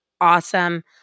awesome